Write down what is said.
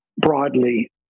broadly